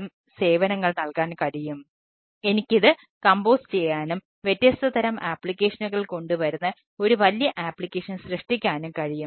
തരം സേവനങ്ങൾ നൽകാൻ കഴിയും